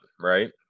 right